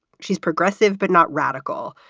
she's progressive, but not radical.